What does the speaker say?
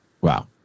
Wow